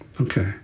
Okay